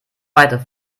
weiter